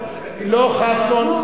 לא חאסון,